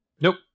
Nope